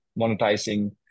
monetizing